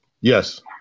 Yes